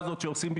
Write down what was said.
אני מסיים.